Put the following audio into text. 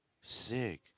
Sick